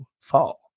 Fall